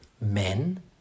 Men